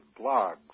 blogs